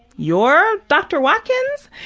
you're dr. watkins?